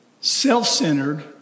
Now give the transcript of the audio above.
self-centered